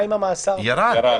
ירד.